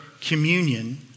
communion